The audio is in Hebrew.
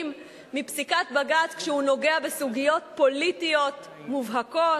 מפסיקת בג"ץ כשהוא נוגע בסוגיות פוליטיות מובהקות,